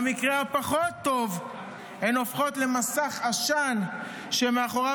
במקרה הפחות-טוב הן הופכות למסך עשן שמאחוריו